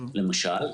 למשל,